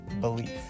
belief